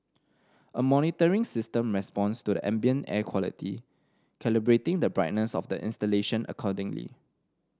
a monitoring system responds to the ambient air quality calibrating the brightness of the installation accordingly